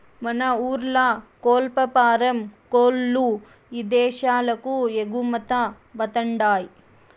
మన ఊర్ల కోల్లఫారం కోల్ల్లు ఇదేశాలకు ఎగుమతవతండాయ్